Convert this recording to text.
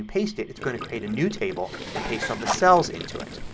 ah paste it, it's going to create a new table and paste all the cells into it.